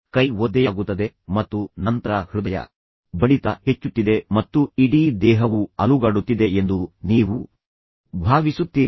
ಕೈ ಒದ್ದೆಯಾಗುತ್ತದೆ ಮತ್ತು ನಂತರ ಹೃದಯ ಬಡಿತ ಹೆಚ್ಚುತ್ತಿದೆ ಮತ್ತು ಇಡೀ ದೇಹವು ಅಲುಗಾಡುತ್ತಿದೆ ಎಂದು ನೀವು ಭಾವಿಸುತ್ತೀರಿ